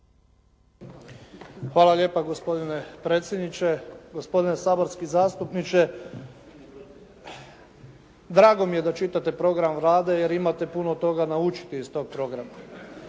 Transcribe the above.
Hvala lijepa. Gospodine predsjedniče. Gospodine saborski zastupniče, drago mi je da čitate program Vlade jer imate puno toga naučiti iz tog programa.